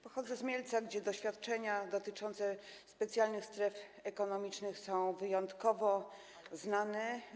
Pochodzę z Mielca, gdzie doświadczenia dotyczące specjalnych stref ekonomicznych są wyjątkowo znane.